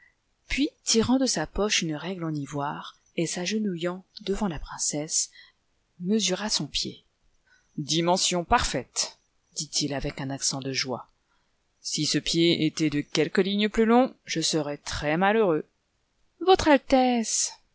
puis tirant de sa poche une règle en ivoire et s'agenouillant devant la princesse mesura son pied dimension parfaite dit-il avec un accent de joie si ce pied était de quelques lignes plus long je serais très-malheureux votre altesse